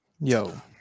Yo